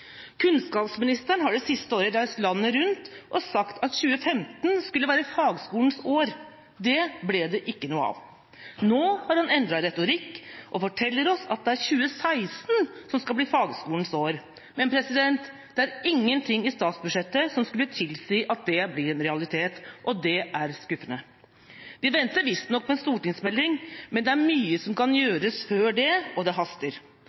Kunnskapsministeren har det siste året reist landet rundt og sagt at 2015 skulle være fagskolens år. Det ble det ikke noe av. Nå har han endret retorikk og forteller oss at det er 2016 som skal bli fagskolens år. Men det er ingen ting i statsbudsjettet som skulle tilsi at det blir en realitet. Det er skuffende. Vi venter visstnok på en stortingsmelding, men det er mye som kan gjøres før det, og det haster.